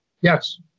Yes